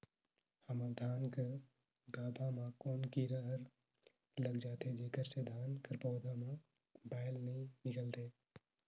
हमर धान कर गाभा म कौन कीरा हर लग जाथे जेकर से धान कर पौधा म बाएल नइ निकलथे?